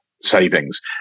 savings